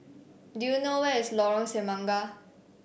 do you know where is Lorong Semangka